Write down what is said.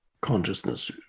consciousness